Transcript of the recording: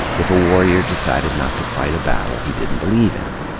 if a warrior decided not to fight a battle he didn't believe in.